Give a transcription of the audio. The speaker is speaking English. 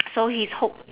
so he hop